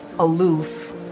aloof